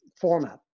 format